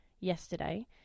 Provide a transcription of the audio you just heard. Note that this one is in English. yesterday